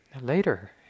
Later